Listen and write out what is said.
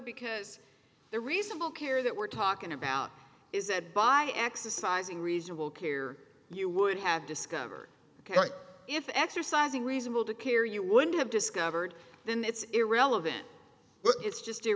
because the reasonable care that we're talking about is that by exercising reasonable care you would have discovered ok if exercising reasonable to care you would have discovered then it's irrelevant but it's just